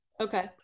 Okay